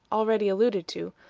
already alluded to,